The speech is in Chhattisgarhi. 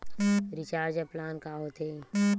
रिचार्ज प्लान का होथे?